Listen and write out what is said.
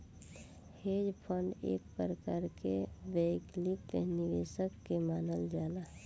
hedge fund एक प्रकार के वैकल्पिक निवेश के मानल जाला